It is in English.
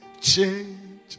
change